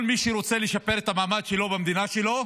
כל מי שרוצה לשפר את המעמד שלו במדינה שלו,